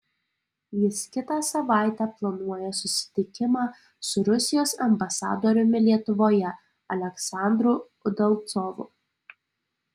jis kitą savaitę planuoja susitikimą su rusijos ambasadoriumi lietuvoje aleksandru udalcovu